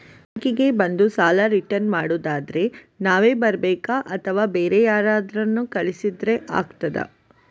Bank ಗೆ ಬಂದು ಸಾಲ ರಿಟರ್ನ್ ಮಾಡುದಾದ್ರೆ ನಾವೇ ಬರ್ಬೇಕಾ ಅಥವಾ ಬೇರೆ ಯಾರನ್ನಾದ್ರೂ ಕಳಿಸಿದ್ರೆ ಆಗ್ತದಾ?